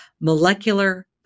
molecular